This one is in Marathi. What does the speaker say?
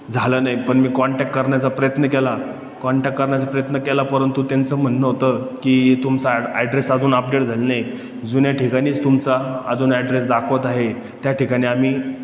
झालं नाही पण मी कॉन्टॅक करण्याचा प्रयत्न केला कॉन्टॅक करण्याचा प्रयत्न केला परंतु त्यांचं म्हणणं होतं की तुमचा ॲड्रेस अजून अपडेट झालं नाही जुन्या ठिकाणीच तुमचा अजून ॲड्रेस दाखवत आहे त्या ठिकाणी आम्ही